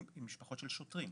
כן,